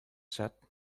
set